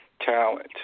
talent